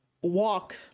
walk